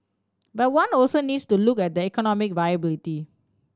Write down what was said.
but one also needs to look at the economic viability